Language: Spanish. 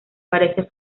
parece